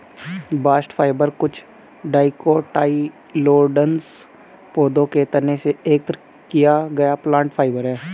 bast fibre कुछ dicotyledonous पौधों के तने से एकत्र किया गया प्लांट फाइबर है